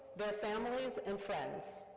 their families, and friends.